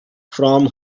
from